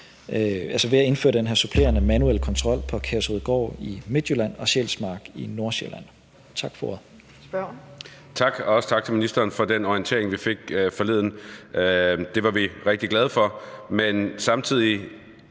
ved at indføre den her supplerende manuelle kontrol på Kærshovedgård i Midtjylland og Sjælsmark i Nordsjælland. Tak for